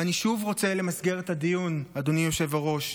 ואני שוב רוצה למסגר את הדיון, אדוני היושב-ראש.